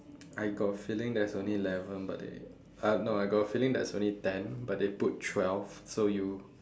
I got a feeling there's only eleven but they uh no I got a feeling there is only ten but they put twelve so you